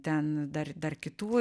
ten dar dar kitų